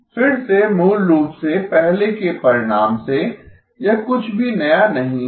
फिर से मूल रूप से पहले के परिणाम से यह कुछ भी नया नहीं है